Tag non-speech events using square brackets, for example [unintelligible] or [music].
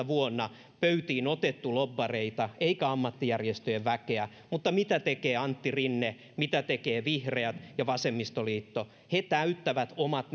[unintelligible] vuonna kaksituhattaviisitoista otettu pöytiin lobbareita eikä ammattijärjestöjen väkeä mutta mitä tekee antti rinne mitä tekevät vihreät ja vasemmistoliitto he täyttävät omat [unintelligible]